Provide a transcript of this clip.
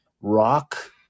Rock